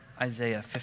Isaiah